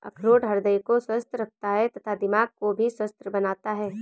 अखरोट हृदय को स्वस्थ रखता है तथा दिमाग को भी स्वस्थ बनाता है